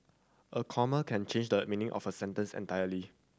a comma can change the meaning of a sentence entirely